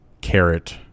carrot